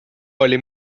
oli